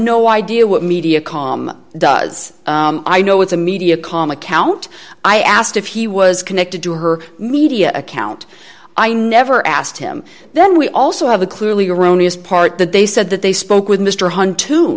no idea what mediacom does i know it's a media com account i asked if he was connected to her media account i never asked him then we also have the clearly erroneous part that they said that they spoke with mr huhne t